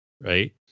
right